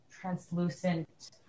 translucent